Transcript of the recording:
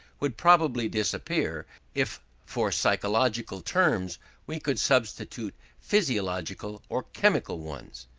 would probably disappear if for psychological terms we could substitute physiological or chemical ones.